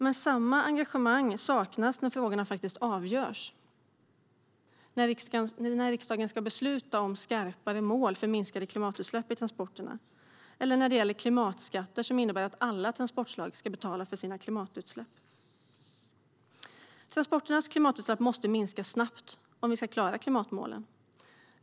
Men samma engagemang saknas när frågorna faktiskt avgörs, när riksdagen ska besluta om skarpare mål för transporterna eller när det gäller klimatskatter som innebär att alla transportslag ska betala för sina klimatutsläpp. Transporternas klimatutsläpp måste minska snabbt om vi ska klara klimatmålen.